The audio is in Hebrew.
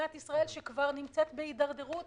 במדינת ישראל שכבר נמצאת בהידרדרות